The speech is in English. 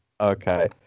Okay